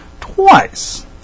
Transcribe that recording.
twice